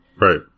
right